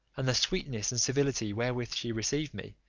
and the sweetness and civility wherewith she received me,